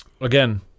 again